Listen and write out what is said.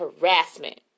harassment